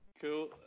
Cool